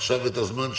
קצת היגיון בדבר הזה.